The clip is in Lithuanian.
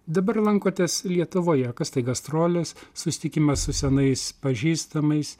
dabar lankotės lietuvoje kas tai gastrolės susitikimas su senais pažįstamais